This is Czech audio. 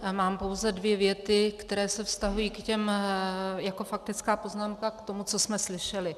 Já mám pouze dvě věty, které se vztahují jako faktická poznámka k tomu, co jsme slyšeli.